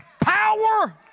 power